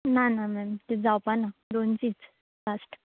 ना ना ना जावपा ना दोनशींच लास्ट